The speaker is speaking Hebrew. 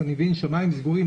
אני מבין שהשמיים סגורים,